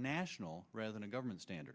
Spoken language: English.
national rather than a government standard